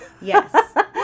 yes